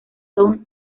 sound